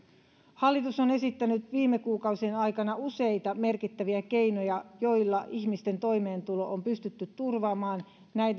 hallitus on esittänyt viime kuukausien aikana useita merkittäviä keinoja joilla ihmisten toimeentulo on pystytty turvaamaan